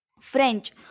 French